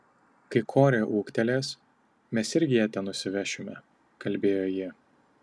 kai korė ūgtelės mes irgi ją ten nusivešime kalbėjo ji